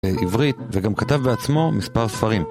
בעברית, וגם כתב בעצמו מספר ספרים.